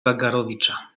wagarowicza